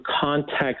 context